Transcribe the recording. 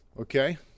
Okay